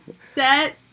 Set